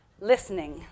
Listening